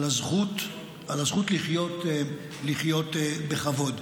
אנחנו מדברים על הזכות לחיות בכבוד,